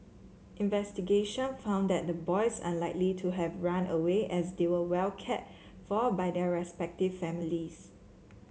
investigation found that the boys unlikely to have run away as they were well care for by their respective families